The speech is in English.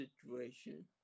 situation